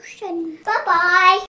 Bye-bye